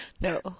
No